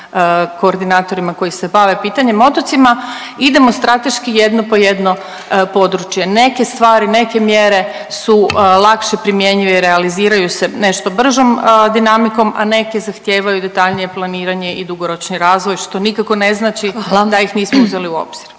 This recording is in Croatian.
koordinatorima koji se bave pitanjem otocima. Idemo strateški jedno po jedno područje. Nek stvari, neke mjere su lakše primjenjive i realiziraju se nešto bržom dinamikom, a neke zahtijevaju detaljnije planiranje i dugoročni razvoj što nikako ne znači da ih nismo uzeli u obzir.